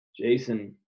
jason